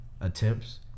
attempts